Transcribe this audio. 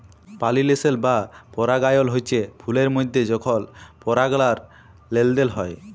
পালিলেশল বা পরাগায়ল হচ্যে ফুলের মধ্যে যখল পরাগলার লেলদেল হয়